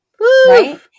right